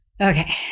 Okay